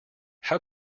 how